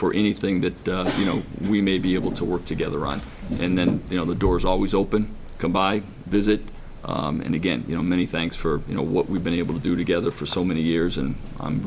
for anything that you know we may be able to work together on and then you know the doors always open come by visit and again you know many thanks for you know what we've been able to do together for so many years and i'm